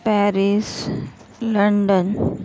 Paris London